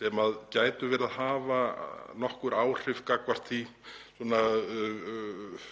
gætu verið að hafa nokkur áhrif hvað